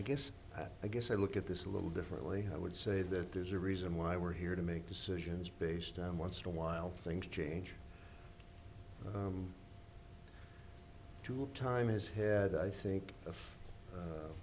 i guess i guess i look at this a little differently i would say that there's a reason why we're here to make decisions based on once in a while things change to time his head i think